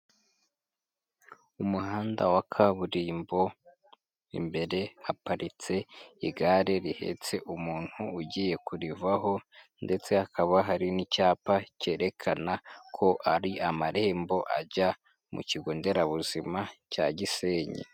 Umuhanda wa kaburimbo, imbere haparitse igare rihetse umuntu ugiye kurivaho ndetse hakaba hari n'icyapa cyerekana ko ari amarembo ajya mu kigo nderabuzima cya Gisenyi.